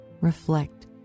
reflect